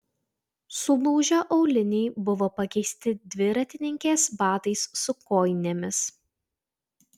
sulūžę auliniai buvo pakeisti dviratininkės batais su kojinėmis